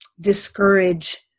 discourage